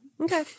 Okay